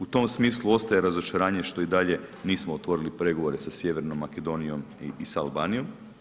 U tom smislu ostaje razočaranje što i dalje nismo otvorili pregovore sa Sjevernom Makedonijom i sa Albanijom.